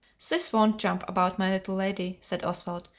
this won't jump about, my little lady, said oswald,